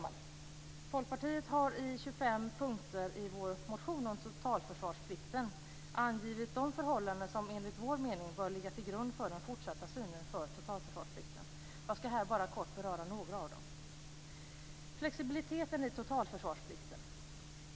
Vi i Folkpartiet har i 25 punkter i vår motion om totalförsvarsplikten angivit de förhållanden som enligt vår mening bör ligga till grund för den fortsatta synen på totalförsvarsplikten. Jag skall här bara kort beröra några av dessa. Först gäller det flexibiliteten i totalförsvarsplikten.